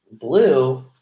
Blue